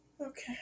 Okay